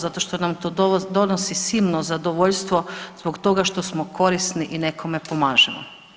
Zato što nam to donosi silno zadovoljstvo zbog toga što smo korisni i nekome pomažemo.